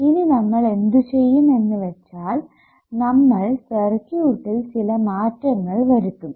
ഇനി നമ്മൾ എന്ത് ചെയ്യും എന്ന് വെച്ചാൽ നമ്മൾ സർക്യൂട്ടിൽ ചില മാറ്റങ്ങൾ വരുത്തും